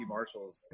Marshalls